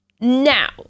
Now